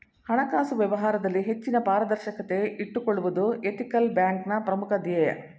ಹಣಕಾಸು ವ್ಯವಹಾರದಲ್ಲಿ ಹೆಚ್ಚಿನ ಪಾರದರ್ಶಕತೆ ಇಟ್ಟುಕೊಳ್ಳುವುದು ಎಥಿಕಲ್ ಬ್ಯಾಂಕ್ನ ಪ್ರಮುಖ ಧ್ಯೇಯ